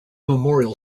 memorial